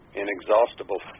inexhaustible